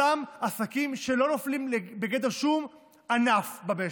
אותם עסקים שלא נופלים בגדר שום ענף במשק,